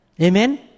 Amen